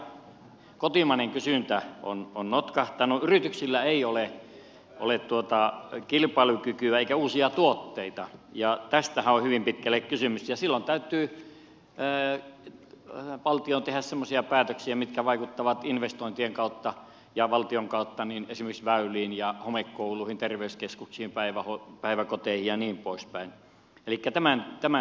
vienti ei vedä kotimainen kysyntä on notkahtanut yrityksillä ei ole kilpailukykyä eikä uusia tuotteita ja tästähän on hyvin pitkälle kysymys ja silloin täytyy valtion tehdä semmoisia päätöksiä mitkä vaikuttavat investointien kautta ja valtion kautta esimerkiksi väyliin ja homekouluihin terveyskeskuksiin päiväkoteihin ja niin poispäin elikkä tämäntyyppistä